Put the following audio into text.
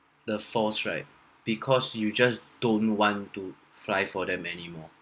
the force right because you just don't want to fly for them anymore